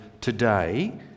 today